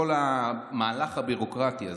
כל המהלך הביורוקרטי הזה.